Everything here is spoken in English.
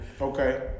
Okay